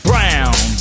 Brown